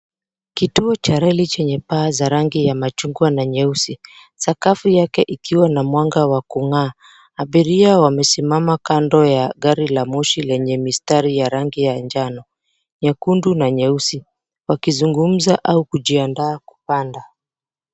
Kituo cha reli zenye paa ya machungwa na meusi sakafu yake ikiwa na mwanga wa kung'aa. Abiria wamesimama kando ya gari la moshi lenye mistari ya rangi ya njano, nyekundu na nyeusi wakizungumza au kujiandaa kupanda.